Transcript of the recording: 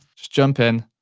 just jump in,